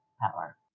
power